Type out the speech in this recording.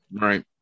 Right